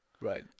Right